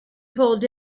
pulled